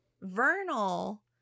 Vernal